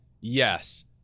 yes